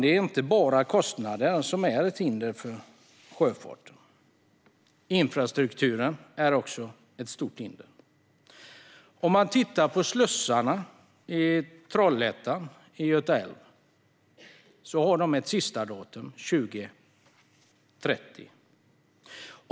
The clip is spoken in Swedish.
Det är inte bara kostnaderna som är ett hinder för sjöfarten. Infrastrukturen är också ett stort hinder. Slussarna i Trollhättan och Göta älv har ett sistadatum år 2030.